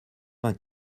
vingt